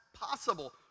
possible